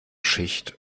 schicht